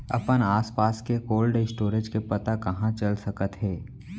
अपन आसपास के कोल्ड स्टोरेज के पता कहाँ चल सकत हे?